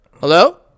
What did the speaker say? Hello